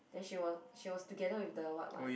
then she was she was together with the what what